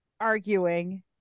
Arguing